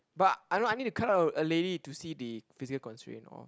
but I know I need to cut out a lady to see the physical constraint or